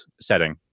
setting